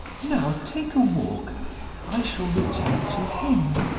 now take a walk i shall return to him.